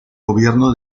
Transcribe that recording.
gobierno